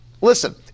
Listen